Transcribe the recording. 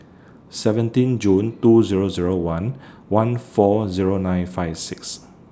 seventeen June two Zero Zero one one four Zero nine five six